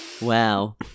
Wow